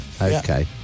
Okay